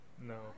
no